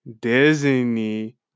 Disney